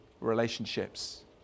relationships